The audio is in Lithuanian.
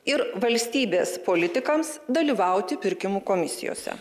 ir valstybės politikams dalyvauti pirkimų komisijose